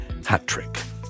Hattrick